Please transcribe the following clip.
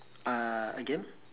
uh again